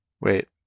Wait